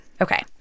Okay